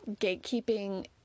gatekeeping